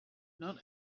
not